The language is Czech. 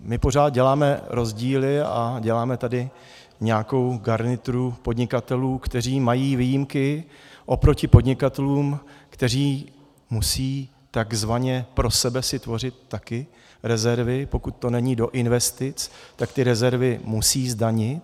My pořád děláme rozdíly a děláme tady nějakou garnituru podnikatelů, kteří mají výjimky oproti podnikatelům, kteří musí takzvaně pro sebe si tvořit také rezervy, pokud to není do investic, tak ty rezervy musí zdanit.